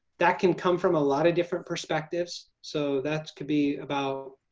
that can come from a lot of different perspectives, so that could be about